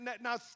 now